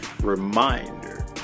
reminder